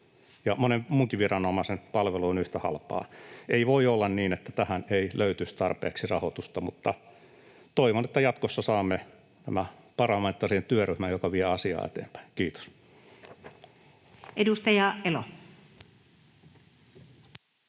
monen muunkin viranomaisen palvelu on yhtä halpaa. Ei voi olla niin, että tähän ei löytyisi tarpeeksi rahoitusta. Toivon, että jatkossa saamme parlamentaarisen työryhmän, joka vie asiaa eteenpäin. — Kiitos. [Speech 101]